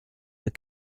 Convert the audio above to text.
but